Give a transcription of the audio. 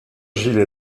gilles